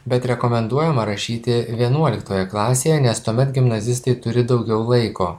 bet rekomenduojama rašyti vienuoliktoje klasėje nes tuomet gimnazistai turi daugiau laiko